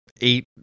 eight